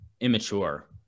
immature